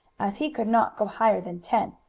as he could not go higher than ten,